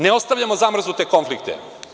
Ne ostavljamo zamrznute konflikte.